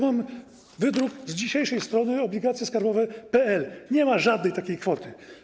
Mam wydruk z dzisiejszej strony obligacjeskarbowe.pl, nie ma żadnej takiej kwoty.